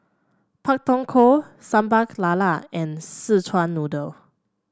Pak Thong Ko Sambal Lala and Szechuan Noodle